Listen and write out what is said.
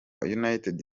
united